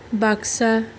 Baksa